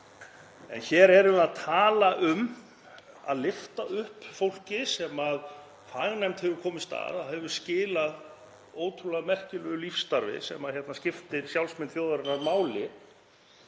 En hér erum við að tala um að lyfta upp fólki sem fagnefnd hefur komist að að hefur skilað ótrúlega merkilegu lífsstarfi sem skiptir sjálfsmynd þjóðarinnar máli.